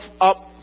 up